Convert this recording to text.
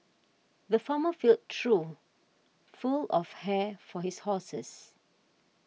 the farmer filled trough full of hay for his horses